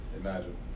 Imagine